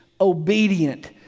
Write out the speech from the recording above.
obedient